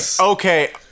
okay